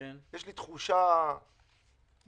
יש לי תחושה מבוססת